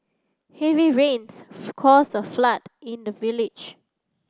heavy rains caused the flood in the village